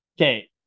okay